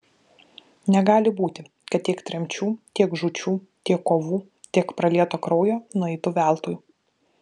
negali būti kad tiek tremčių tiek žūčių tiek kovų tiek pralieto kraujo nueitų veltui